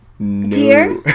Dear